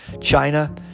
China